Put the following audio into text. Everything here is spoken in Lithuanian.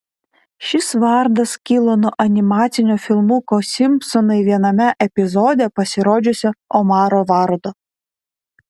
šis vardas kilo nuo animacinio filmuko simpsonai viename epizode pasirodžiusio omaro vardo